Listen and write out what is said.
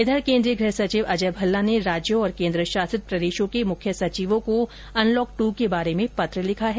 उधर केन्द्रीय गृह सचिव अजय भल्ला ने राज्यों और केन्द्र शासित प्रदेशों के मुख्य सचिवों को अनलॉक टू के बारे में पत्र लिखा है